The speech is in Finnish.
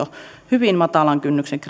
hyvin matalan kynnyksen kriteerillä